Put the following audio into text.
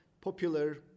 popular